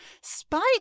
Spike